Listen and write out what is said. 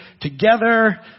together